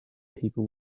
people